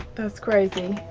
that's crazy.